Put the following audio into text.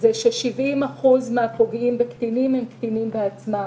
ש-70% מן הפוגעים בקטינים הם קטינים בעצמם.